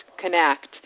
connect